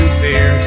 fear